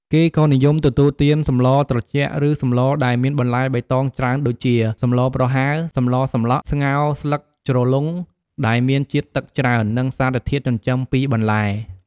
គេក៏និយមទទួលទាន សម្លត្រជាក់ឬសម្លដែលមានបន្លែបៃតងច្រើនដូចជា សម្លប្រហើរ សម្លសម្លក់ ស្ងោរស្លឹកជ្រលង់ ដែលមានជាតិទឹកច្រើន និងសារធាតុចិញ្ចឹមពីបន្លែ។